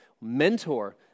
mentor